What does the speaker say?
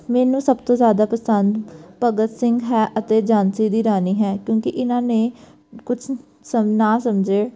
ਮੈਨੂੰ ਸਭ ਤੋਂ ਜ਼ਿਆਦਾ ਪਸੰਦ ਭਗਤ ਸਿੰਘ ਹੈ ਅਤੇ ਝਾਂਸੀ ਦੀ ਰਾਣੀ ਹੈ ਕਿਉਂਕਿ ਇਹਨਾਂ ਨੇ ਕੁਝ ਸਮ ਨਾ ਸਮਝੇ